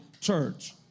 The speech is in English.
church